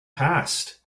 passed